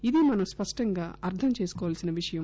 ఇదీ మనం స్పష్టంగా అర్దం చేసుకోవలసిన విషయం